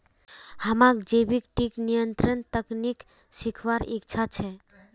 हमाक जैविक कीट नियंत्रण तकनीक सीखवार इच्छा छ